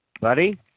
Buddy